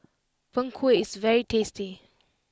Png Kueh is very tasty